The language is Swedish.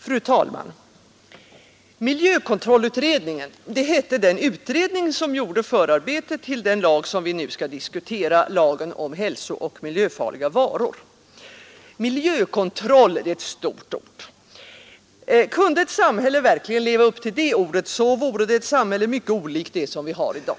Fru talman! Miljökontrollutredningen hette den utredning som gjorde förarbetet till den lag vi nu skall diskutera — lagen om hälsooch miljöfarliga varor. Miljökontroll är ett stort ord. Kunde ett samhälle verkligen leva upp till vad det ordet innebär vore det ett samhälle mycket olikt det som vi har i dag.